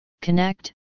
Connect